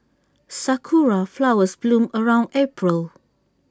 Sakura Flowers bloom around April